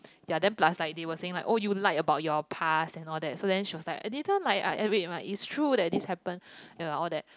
ya then plus like they were saying like oh you like about your past and all that so then she was like I didn't like I wait is true that this happen ya all that